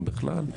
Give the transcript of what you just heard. אם בכלל,